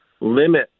limit